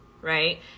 right